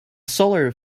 solar